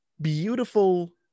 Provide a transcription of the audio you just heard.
beautiful